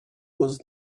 was